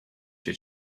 się